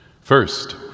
First